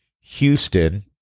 Houston